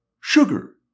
Sugar